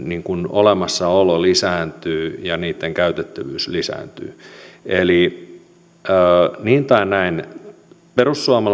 olemassaolo lisääntyy ja sen käytettävyys lisääntyy niin tai näin perussuomalaiset